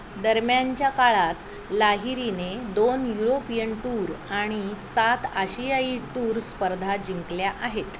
दरम्यानच्या काळात लाहिरीने दोन युरोपियन टूर आणि सात आशियाई टूर स्पर्धा जिंकल्या आहेत